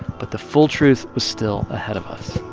but the full truth was still ahead of us